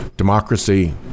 democracy